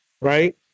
right